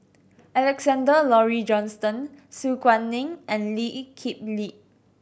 Alexander Laurie Johnston Su Guaning and Lee Kip Lee